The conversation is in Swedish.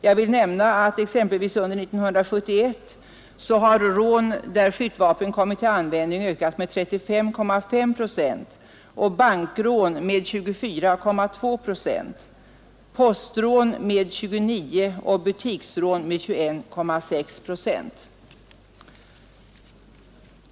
Jag kan nämna att under 1971 ökade antalet rån där skjutvapen kom till användning med 35,5 procent, bankrånen med 24,2 procent, postrånen med 29 och butiksrånen med 21,6 procent.